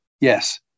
yes